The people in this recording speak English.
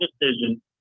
decision